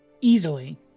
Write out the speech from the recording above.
easily